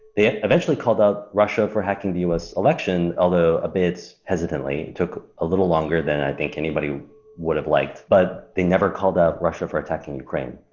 eventually called out russia for hacking the us election, although a bit hesitantly took a little longer than i think anybody would have liked, but they never called out russia for attacking ukraine.